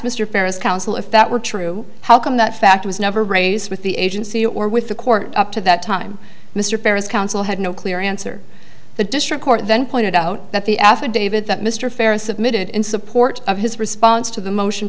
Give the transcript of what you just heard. mr farris counsel if that were true how come that fact was never raised with the agency or with the court up to that time mr perez counsel had no clear answer the district court then pointed out that the affidavit that mr farris submitted in support of his response to the motion